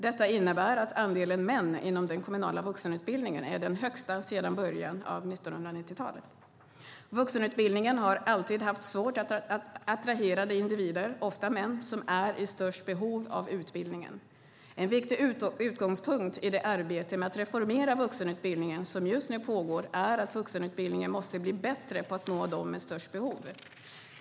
Detta innebär att andelen män inom den kommunala vuxenutbildningen är den högsta sedan början av 1990-talet. Vuxenutbildningen har alltid haft svårt att attrahera de individer, ofta män, som är i störst behov av utbildningen. En viktig utgångspunkt i det arbete med att reformera vuxenutbildningen som just nu pågår är att vuxenutbildningen måste bli bättre på att nå dem med störst behov.